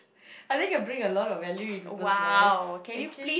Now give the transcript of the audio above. I think I bring a lot of value in people's life okay